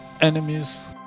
enemies